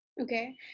Okay